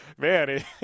man